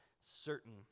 certain